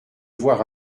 voir